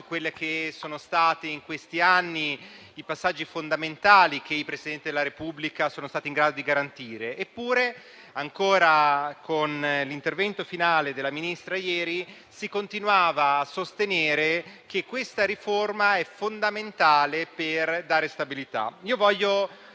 quelli che sono state in questi anni i passaggi fondamentali che i Presidenti della Repubblica sono stati in grado di garantire. Eppure, ancora con l'intervento finale della Ministra ieri, si continuava a sostenere che questa riforma è fondamentale per dare stabilità.